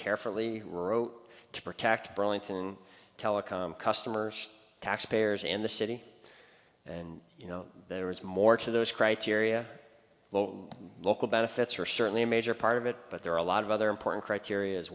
carefully to protect burlington telecom customers taxpayers in the city and you know there is more to those criteria well local benefits are certainly a major part of it but there are a lot of other important criteria